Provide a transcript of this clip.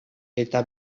eta